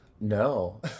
no